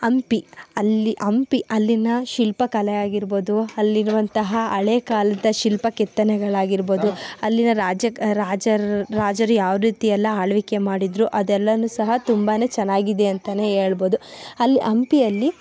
ಹಂಪಿ ಅಲ್ಲಿ ಹಂಪಿ ಅಲ್ಲಿನ ಶಿಲ್ಪಕಲೆ ಆಗಿರ್ಬೊದು ಅಲ್ಲಿರುವಂತಹ ಹಳೆ ಕಾಲದ ಶಿಲ್ಪ ಕೆತ್ತನೆಗಳಾಗಿರರ್ಬೊದು ಅಲ್ಲಿನ ರಾಜಕ್ ರಾಜರ್ ರಾಜರು ಯಾವ ರೀತಿಯೆಲ್ಲ ಆಳ್ವಿಕೆ ಮಾಡಿದ್ದರು ಅದೆಲ್ಲನೂ ಸಹ ತುಂಬಾ ಚೆನ್ನಾಗಿದೆ ಅಂತಲೇ ಹೇಳ್ಬೊದು ಅಲ್ಲಿ ಹಂಪಿಯಲ್ಲಿ